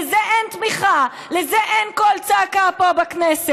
לזה אין תמיכה, לזה אין קול צעקה פה בכנסת.